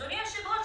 אדוני היושב-ראש,